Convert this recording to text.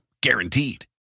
Guaranteed